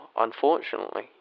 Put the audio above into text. Unfortunately